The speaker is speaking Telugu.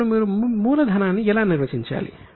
ఇప్పుడు మీరు మూలధనాన్ని ఎలా నిర్వచించాలి